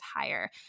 higher